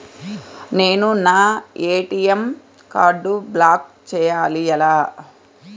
నేను నా ఏ.టీ.ఎం కార్డ్ను బ్లాక్ చేయాలి ఎలా?